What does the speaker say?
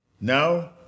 Now